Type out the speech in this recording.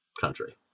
country